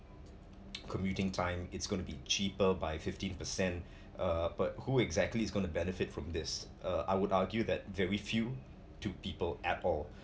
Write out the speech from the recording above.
commuting time it's gonna be cheaper by fifteen percent uh but who exactly is gonna benefit from this uh I would argue that very few to people at all